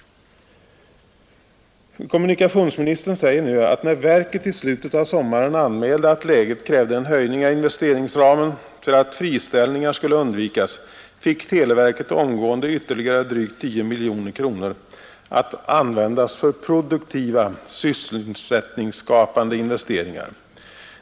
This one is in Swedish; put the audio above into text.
Kommunikationsministern säger nu att när verket i slutet av sommaren anmälde att läget krävde en vidgning av investeringsramen för att friställningar skulle undvikas, fick televerket omgående ytterligare drygt 10 miljoner kronor, att användas för produktiva, sysselsättningsskapande investeringar.